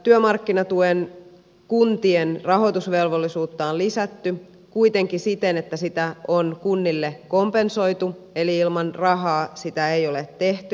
työmarkkinatuen kuntien rahoitusvelvollisuutta on lisätty kuitenkin siten että sitä on kunnille kompensoitu eli ilman rahaa sitä ei ole tehty